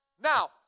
Now